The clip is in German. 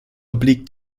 obliegt